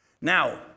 Now